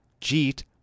Jeet